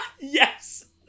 Yes